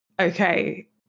okay